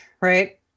Right